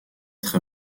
très